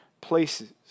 places